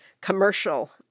commercial